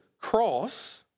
cross